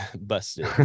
busted